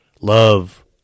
love